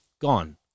gone